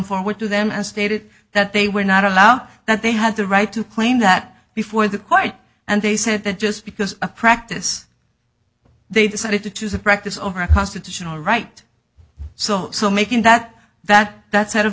forward to them and stated that they were not allow that they had the right to claim that before the quite and they said that just because a practice they decided to choose a practice over a constitutional right so making that that that